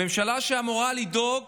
הממשלה, שאמורה לדאוג